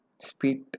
Speed